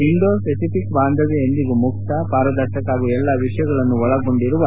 Indo Pacific ಬಾಂಧವ್ಯ ಎಂದಿಗೂ ಮುಕ್ತ ಪಾರದರ್ಶಕ ಹಾಗೂ ಎಲ್ಲ ವಿಷಯಗಳನ್ನು ಒಳಗೊಂಡಿರುವ